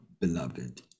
beloved